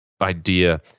idea